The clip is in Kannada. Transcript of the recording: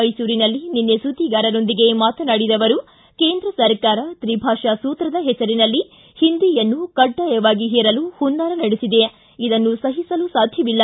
ಮೈಸೂರಿನಲ್ಲಿ ನಿನ್ನೆ ಸುದ್ದಿಗಾರರೊಂದಿಗೆ ಮಾತನಾಡಿದ ಅವರು ಕೇಂದ್ರ ಸರ್ಕಾರ ತ್ರಿಭಾಷಾ ಸೂತ್ರದ ಹೆಸರಿನಲ್ಲಿ ಹಿಂದಿಯನ್ನು ಕಡ್ಡಾಯವಾಗಿ ಹೇರಲು ಹುನ್ನಾರ ನಡೆಸಿದೆ ಇದನ್ನು ಸಹಿಸಲು ಸಾಧ್ಯವಿಲ್ಲ